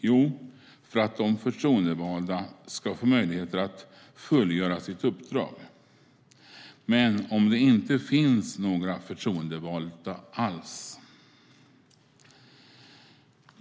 Jo, för att de förtroendevalda ska få möjlighet att fullgöra sitt uppdrag. Men om det inte finns några förtroendevalda alls?